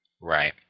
Right